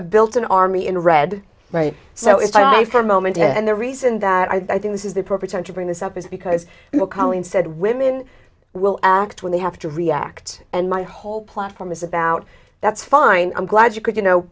a built in army in red right so if i for moment and the reason that i think this is the proper time to bring this up is because you know colleen said women will act when they have to react and my whole platform is about that's fine i'm glad you could you know